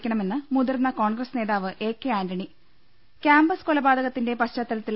ക്കണമെന്ന് മുതിർന്ന ക്യോൺഗ്രസ് നേതാവ് എ കെ ആന്റണി ക്യാമ്പസ് കൊലപാതകത്തിന്റെ പശ്ചാത്തലത്തിൽ